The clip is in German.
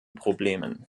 problemen